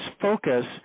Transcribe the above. focus